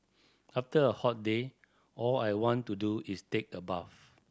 after a hot day all I want to do is take a bath